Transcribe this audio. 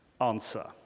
Answer